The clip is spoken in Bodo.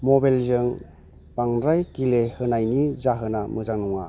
मबाइलजों बांद्राय गेलेहोनायनि जाहोना मोजां नङा